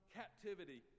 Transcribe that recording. captivity